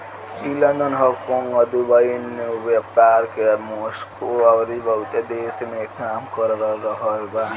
ई London, Hong Kong, Dubai, New York, Moscow अउरी बहुते देश में काम कर रहल बा